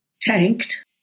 tanked